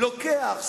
לוקח,